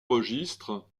registres